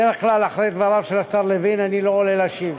בדרך כלל אחרי דבריו של השר לוין אני לא עולה להשיב,